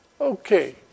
Okay